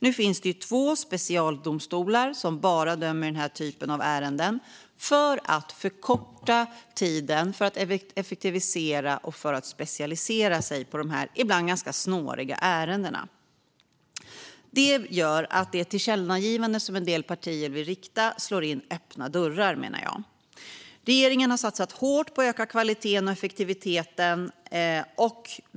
Nu finns det två specialdomstolar som bara dömer i den här typen av ärenden för att förkorta den tid det tar och effektivisera hanteringen och specialisera sig på dessa ibland ganska snåriga ärenden. Detta gör att det tillkännagivande som en del partier vill rikta slår in öppna dörrar, menar jag. Regeringen har satsat hårt på att öka kvaliteten och effektiviteten.